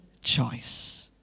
choice